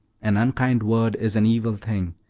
an unkind word is an evil thing,